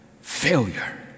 failure